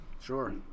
Sure